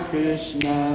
Krishna